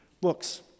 books